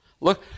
Look